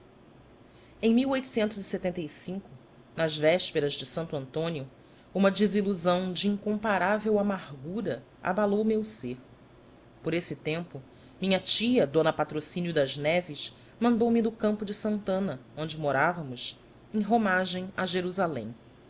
ão e nas vésperas de santo antonio uma desilusão de incomparável amargura abalou o meu ser por esse tempo minha tia d patrocínio das neves mandou-me do campo de santana onde morávamos em romagem a jerusalém